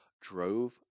drove